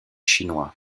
chinois